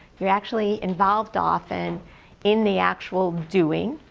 they're actually involved often in the actual doing,